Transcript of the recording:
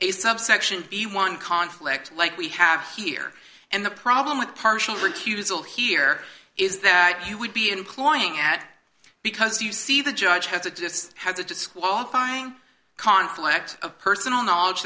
a subsection b one conflict like we have here and the problem with partial recusal here is that you would be employing at because you see the judge has it just has a disqualifying conflict of personal knowledge